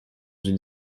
une